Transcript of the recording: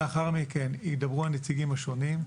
לאחר מכן ידברו הנציגים השונים,